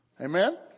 Amen